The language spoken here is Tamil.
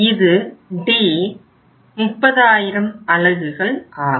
இது D 30000 அலகுகள் ஆகும்